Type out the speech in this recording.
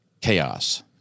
chaos